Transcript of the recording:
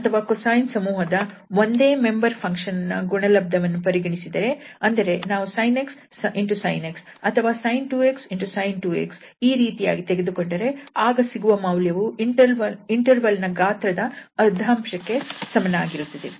sine ಅಥವಾ cosine ಸಮೂಹದ ಒಂದೇ ಮೆಂಬರ್ ಫಂಕ್ಷನ್ ನ ಗುಣಲಬ್ಧವನ್ನು ಪರಿಗಣಿಸಿದರೆ ಅಂದರೆ ನಾವು sin 𝑥 sin 𝑥 ಅಥವಾ sin 2𝑥 sin 2𝑥 ಈ ರೀತಿಯಾಗಿ ತೆಗೆದುಕೊಂಡರೆ ಆಗ ಸಿಗುವ ಮೌಲ್ಯವು ಇಂಟರ್ವಲ್ ನ ಗಾತ್ರದ ಅರ್ಧಾಂಶಕ್ಕೆ ಸಮನಾಗಿರುತ್ತದೆ